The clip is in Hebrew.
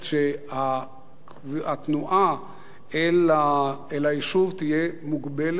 התנועה אל היישוב תהיה מוגבלת,